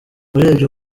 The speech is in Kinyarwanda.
urebye